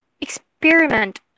Experiment